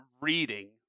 reading